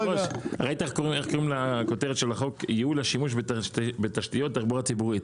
ראית איך קוראים לכותרת של החוק: ייעול השימוש בתשתיות תחבורה ציבורית.